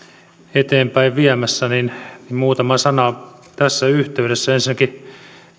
eteenpäin viemässä niin muutama sana tässä yhteydessä ensinnäkin